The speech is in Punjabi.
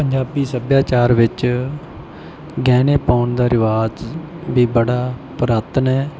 ਪੰਜਾਬੀ ਸੱਭਿਆਚਾਰ ਵਿੱਚ ਗਹਿਣੇ ਪਾਉਣ ਦਾ ਰਿਵਾਜ਼ ਵੀ ਬੜਾ ਪੁਰਾਤਨ ਹੈ